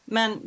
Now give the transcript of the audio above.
Men